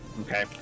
Okay